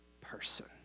person